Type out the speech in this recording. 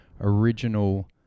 original